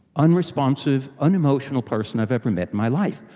unresponsive, unemotional person i've ever met in my life.